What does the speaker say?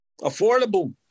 affordable